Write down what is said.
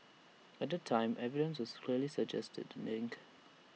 at the time evidence was greatly suggested the link